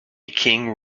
king